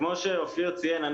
כמו שאופיר ציין,